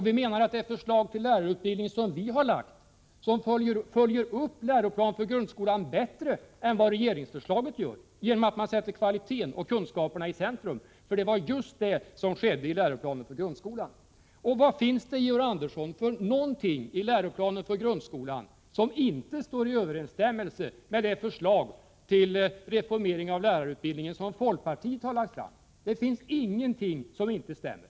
Vi menar att det förslag till lärarutbildning som vi har lagt fram följer upp läroplanen för grundskolan bättre än vad regeringsförslaget gör genom att vi sätter kvaliteten och kunskaperna i centrum, för det var just detta som skedde i läroplanen för grundskolan. Vad finns det, Georg Andersson, för någonting i läroplanen för grundskolan som inte står i överensstämmelse med det förslag till reformering av lärarutbildningen som folkpartiet har lagt fram? Det finns ingenting som inte stämmer.